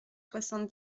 soixante